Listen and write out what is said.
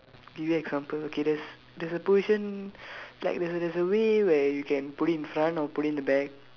give you example okay there's there's a position like there's a there's a way where you can put it in front or put it in the back